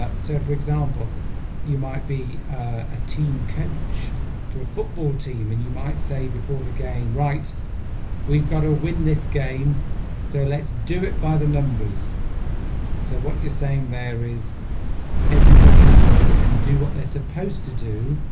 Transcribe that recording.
ah so for example you might be a team coach to a football team and you might say before the game right we've got to win this game so let's do it by the numbers so what you're saying there is everybody work and do what they're supposed to do